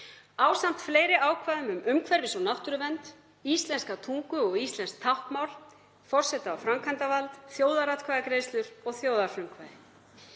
ásamt fleiri ákvæðum um umhverfis- og náttúruvernd, íslenska tungu og táknmál, forseta og framkvæmdarvald, þjóðaratkvæðagreiðslur og þjóðarfrumkvæði.